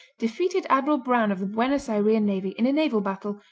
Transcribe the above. defeated admiral brown of the buenos ayrean navy, in a naval battle,